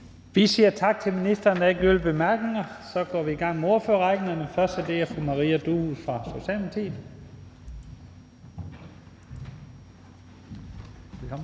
Vi siger tak til ministeren. Der er ikke yderligere bemærkninger. Så går vi i gang med ordførerrækken, og den første er fru Maria Durhuus fra Socialdemokratiet. Velkommen.